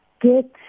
get